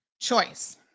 choice